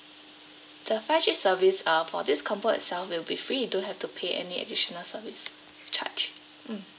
the five G service uh for this combo itself will be free don't have to pay any additional service charge mm